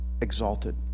Exalted